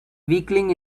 weakling